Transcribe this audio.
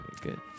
good